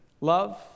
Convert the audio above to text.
love